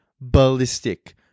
ballistic